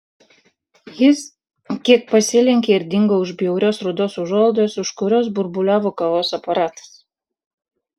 jis kiek pasilenkė ir dingo už bjaurios rudos užuolaidos už kurios burbuliavo kavos aparatas